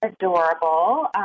adorable